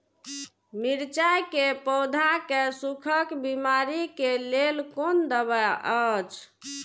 मिरचाई के पौधा के सुखक बिमारी के लेल कोन दवा अछि?